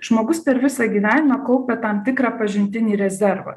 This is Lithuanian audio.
žmogus per visą gyvenimą kaupia tam tikrą pažintinį rezervą